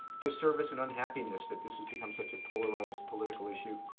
disservice and unhappiness that this has become such a polarized political issue,